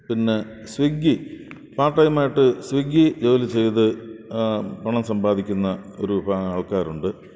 പിന്നെ സ്വിഗി പാര്ട്ടൈമായിട്ട് സ്വിഗ്ഗി ജോലി ചെയ്ത് പണം സമ്പാദിക്കുന്ന ഒരു പ ആൾക്കാരുണ്ട്